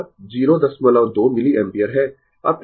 यह 02 मिलिएम्पियर है